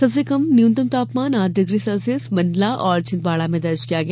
सबसे कम न्यूनतम तापमान आठ डिग्री सेल्सियस मंडला और छिंदवाड़ा में दर्ज किया गया